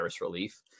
relief